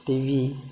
TV